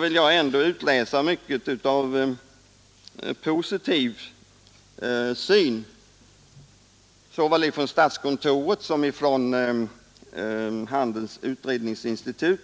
vill jag ändå utläsa en positiv syn på motionerna såväl ifrån statskontoret som ifrån Handelns utredningsinstitut.